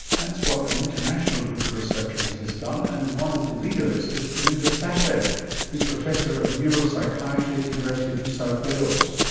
that's what an international group of researchers has done, and one of the leaders is perminder sachdev who's professor of neuropsychiatry at the university of new south wales.